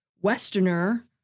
Westerner